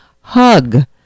hug